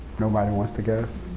nobody wants to guess?